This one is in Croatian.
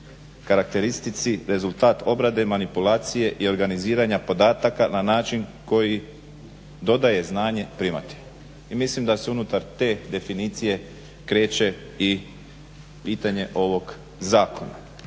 karakteristici rezultat obrade, manipulacije i organiziranja podataka na način koji dodaje znanje primatelju. Mislim da se unutar te definicije kreće i pitanje ovog zakona.